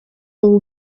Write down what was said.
wowe